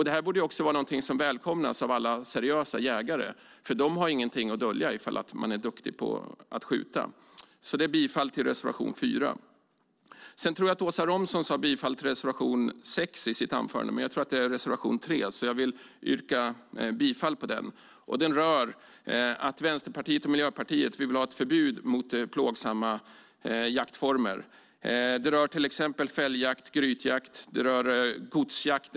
Detta borde välkomnas av alla seriösa jägare, för är man duktig på att skjuta har man ju inget att dölja. Jag yrkar alltså bifall till reservation 4. Jag yrkar bifall även till reservation 3 av Vänsterpartiet och Miljöpartiet. Vi vill ha ett förbud mot plågsamma jaktformer. Det rör till exempel fälljakt, grytjakt och godsjakt.